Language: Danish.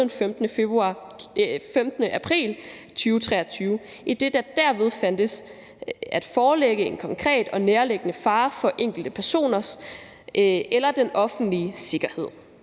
den 15. april 2023, idet der derved fandtes at forelægge en konkret og nærliggende fare for enkelte personers eller den offentlige sikkerhed.